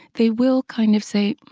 they will kind of say,